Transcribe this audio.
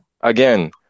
again